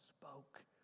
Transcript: spoke